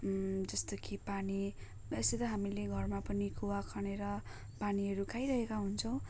जस्तो कि पानी यसरी हामीले घरमा पनि कुवा खनेर पानीहरू खाइरहेका हुन्छौँ